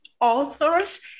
authors